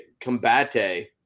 Combate